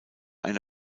eine